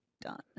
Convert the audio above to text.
done